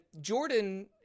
Jordan